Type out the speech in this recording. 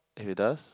if it does